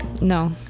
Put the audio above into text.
No